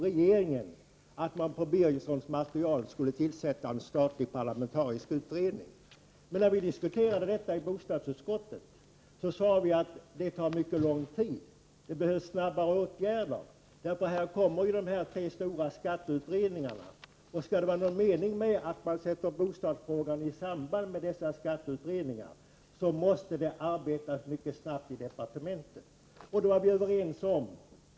Regeringen hade föreslagit att man skulle tillsätta en statlig parlamentarisk utredning. När vi diskuterade det förslaget i bostadsutskottet sade vi att detta tar mycket lång tid och att det behövs snabbare åtgärder. Vi sade vidare att om det skall vara någon mening med att behandla bostadsfrågan i samband med de tre stora skatteutredningarna, måste det arbetas mycket snabbt i departementet.